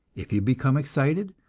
if you become excited,